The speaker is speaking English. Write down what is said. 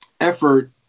effort